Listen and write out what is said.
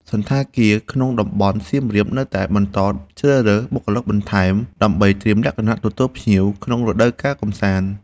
សណ្ឋាគារក្នុងតំបន់សៀមរាបនៅតែបន្តជ្រើសរើសបុគ្គលិកបន្ថែម ដើម្បីត្រៀមលក្ខណៈទទួលភ្ញៀវក្នុងរដូវកាលកំសាន្ត។